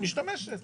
היא משתמשת.